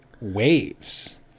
waves